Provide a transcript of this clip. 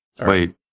Wait